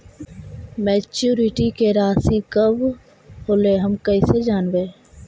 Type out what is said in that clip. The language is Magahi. मैच्यूरिटी के रासि कब होलै हम कैसे जानबै?